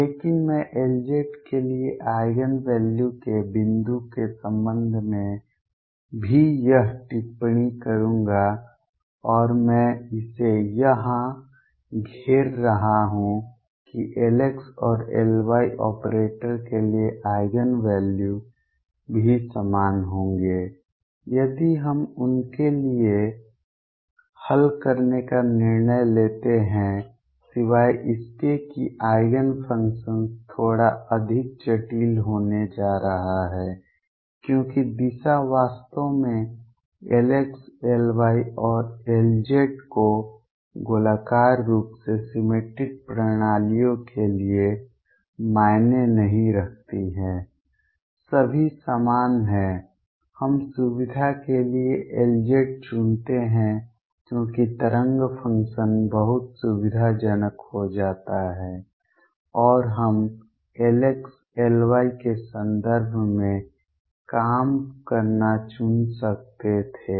लेकिन मैं Lz के लिए आइगेन वैल्यू के बिंदु के संबंध में भी यह टिप्पणी करूंगा और मैं इसे यहां घेर रहा हूं कि Lx और Ly ऑपरेटर के लिए आइगेन वैल्यू भी समान होंगे यदि हम उनके लिए हल करने का निर्णय लेते हैं सिवाय इसके कि आइगेन फंक्शन्स थोड़ा अधिक जटिल होने जा रहा है क्योंकि दिशा वास्तव में Lx Ly और Lz को गोलाकार रूप से सिमेट्रिक प्रणालियों के लिए मायने नहीं रखती है सभी समान हैं हम सुविधा के लिए Lz चुनते हैं क्योंकि तरंग फ़ंक्शन बहुत सुविधाजनक हो जाता है जिसे हम Lx Ly के संदर्भ में काम करना चुन सकते थे